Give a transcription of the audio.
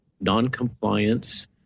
non-compliance